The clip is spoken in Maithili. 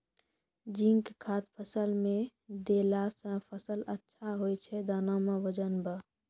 जिंक खाद फ़सल मे देला से फ़सल अच्छा होय छै दाना मे वजन ब